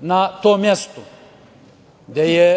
na to mesto gde je